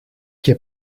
και